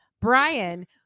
Brian